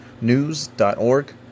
news.org